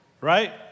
right